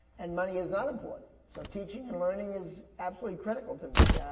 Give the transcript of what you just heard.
and money is not important. so teaching and learning is absolutely critical to me.